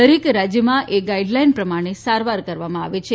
દરેક રાજ્યમાં એ ગાઇડલાઇન પ્રમાણે સારવાર કરવામાં આવે છે